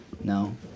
no